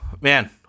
man